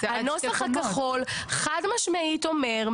הנוסח הכחול חד משמעית אומר,